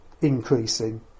increasing